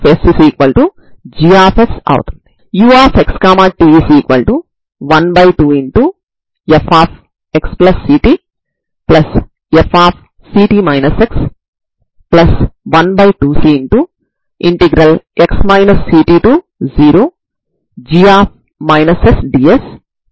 రెండవ సమీకరణం నుండి మీకు పరిష్కారం ఉన్నప్పటికీ c1 ను sin μb cos μb పదాలలో వ్రాస్తే మీరు sin μ cos μb cos μa sin μ ని పరిష్కారంగా పొందుతారు